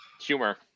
Humor